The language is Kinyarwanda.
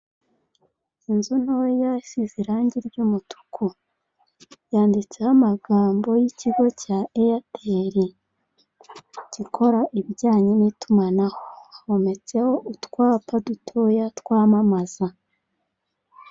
Inzu ntoya isize irangi ry'umutuku, yanditseho amagambo y'ikigo cya eyateri gikora ibijyanye n'itumanaho. Hometseho utwapa dutoya twamamaza.